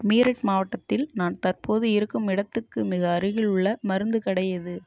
மீரட் மாவட்டத்தில் நான் தற்போது இருக்கும் இடத்துக்கு மிக அருகில் உள்ள மருந்துக் கடை எது